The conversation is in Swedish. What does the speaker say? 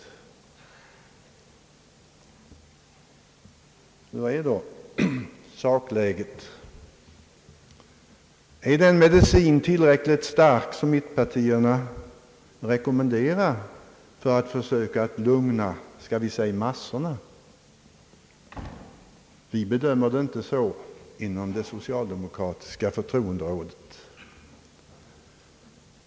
Hurdant är då sakläget? är den medicin tillräckligt stark som mittenpartierna rekommenderar för att försöka lugna »massorna»? Vi bedömer det inte så inom det socialdemokratiska förtroenderådet.